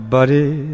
Buddy